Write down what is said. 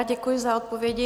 Děkuji za odpovědi.